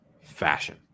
fashion